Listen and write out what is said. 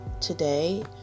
today